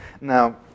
Now